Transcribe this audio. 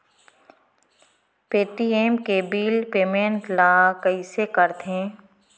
Paytm के bill payment ल कइसे करथे?